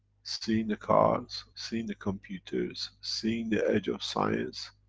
seeing the cars, seeing the computers seeing the edge of science,